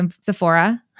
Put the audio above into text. Sephora